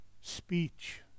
speech